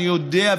אני יודע,